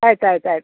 ಆಯ್ತು ಆಯ್ತು ಆಯ್ತು